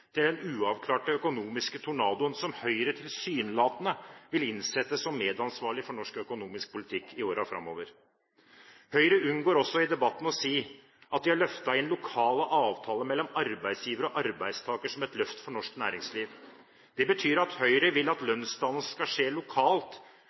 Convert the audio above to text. til den uavklarte økonomiske tornadoen som Høyre tilsynelatende vil innsette som medansvarlig for norsk økonomisk politikk i årene framover. Høyre unngår også i debatten å si at de har løftet inn lokale avtaler mellom arbeidsgiver og arbeidstaker som et løft for norsk næringsliv. Det betyr at Høyre vil at